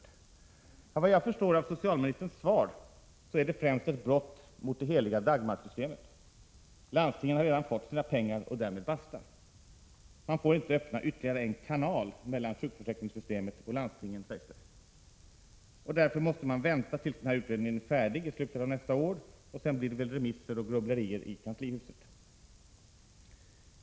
Ja, enligt vad jag förstår av socialministerns svar så är det främst ett brott mot det heliga Dagmarsystemet. Landstingen har redan fått sina pengar och därmed basta. Men får inte öppna ytterligare en ”kanal” mellan sjukförsäkringssystemet och landstingen, sägs det. Och därför måste man vänta tills den här utredningen är färdig i slutet av 1987, och sedan blir det väl remisser och grubblerier i kanslihuset.